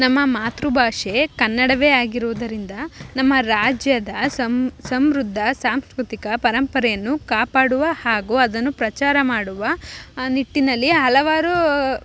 ನಮ್ಮ ಮಾತೃ ಭಾಷೆ ಕನ್ನಡವೇ ಆಗಿರುವುದರಿಂದ ನಮ್ಮ ರಾಜ್ಯದ ಸಮೃದ್ದ ಸಾಂಸ್ಕೃತಿಕ ಪರಂಪರೆಯನ್ನು ಕಾಪಾಡುವ ಹಾಗು ಅದನ್ನು ಪ್ರಚಾರ ಮಾಡುವ ಆ ನಿಟ್ಟಿನಲ್ಲಿ ಹಲವಾರು